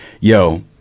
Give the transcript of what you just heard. yo